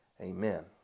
Amen